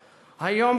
היום,